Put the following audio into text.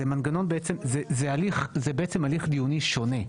זה בעצם הליך דיוני שונה.